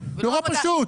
נורא פשוט.